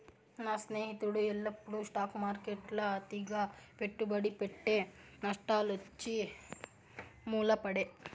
నా స్నేహితుడు ఎల్లప్పుడూ స్టాక్ మార్కెట్ల అతిగా పెట్టుబడి పెట్టె, నష్టాలొచ్చి మూల పడే